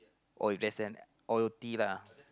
best then all T lah